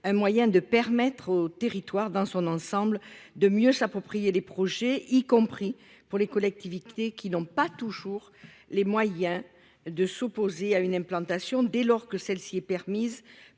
un moyen de permettre aux territoires dans leur ensemble, de mieux s'approprier les projets. Cela vaut aussi pour les collectivités, qui n'ont pas toujours les moyens de s'opposer à une implantation, dès lors que celle-ci est permise